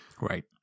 Right